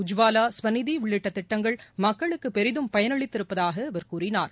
உஜ்வாலா ஸ்வநிதி உள்ளிட்ட திட்டங்கள் மக்களுக்கு பெரிதும் பயனளித்திருப்பதாக அவர் கூறினார்